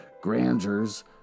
grandeurs